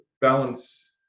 balance